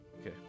Okay